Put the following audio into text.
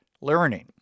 learning